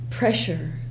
pressure